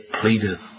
pleadeth